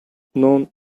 known